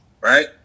right